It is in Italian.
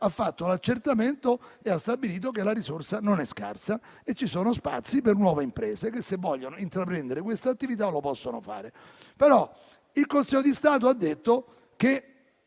ha fatto un accertamento e ha stabilito che la risorsa non è scarsa, ma che ci sono spazi per nuove imprese, le quali, se vogliono intraprendere questa attività, lo possono fare; il Consiglio di Stato ha detto che